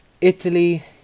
Italy